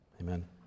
Amen